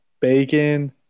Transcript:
Bacon